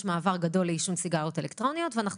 יש מעבר גדול לעישון סיגריות אלקטרוניות ואנחנו